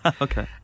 Okay